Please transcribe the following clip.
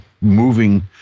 moving